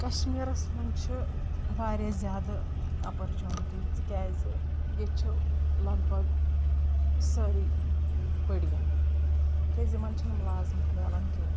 کشمیٖرس منٛز چھِ واریاہ زیادٕ اپَرچوٗنٹیٖز تِکیازِ ییٚتہِ چھُ لگ بگ سٲری پران کیازِ یِمَن چھنہٕ مُل زِمَتھ مِلان کینٛہہ